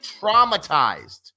Traumatized